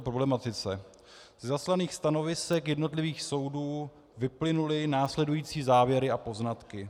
Ze zaslaných stanovisek jednotlivých soudů vyplynuly následující závěry a poznatky.